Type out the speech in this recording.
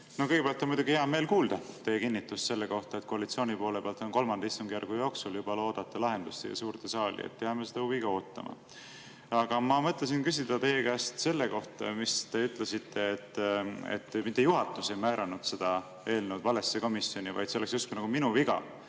Kõigepealt on muidugi hea meel kuulda teie kinnitust selle kohta, et koalitsiooni poole pealt on III istungjärgu jooksul oodata lahendust siia suurde saali. Jääme seda huviga ootama. Aga ma mõtlesin küsida teie käest selle kohta. Te ütlesite, et juhatus ei määranud seda eelnõu valesse komisjoni, vaid see on justkui minu viga,